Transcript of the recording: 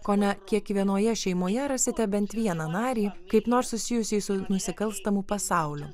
kone kiekvienoje šeimoje rasite bent vieną narį kaip nors susijusį su nusikalstamu pasauliu